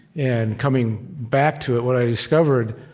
and coming back to it, what i discovered,